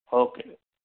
okay